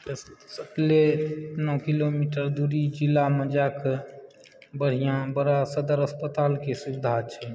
तऽ सटले नओ किलोमीटर दूरी जिलामे जाके बढ़िआँ बड़ा सदर अस्पतालके सुविधा छै